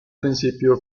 principio